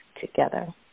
together